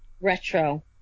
retro